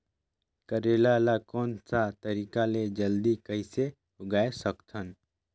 करेला ला कोन सा तरीका ले जल्दी कइसे उगाय सकथन?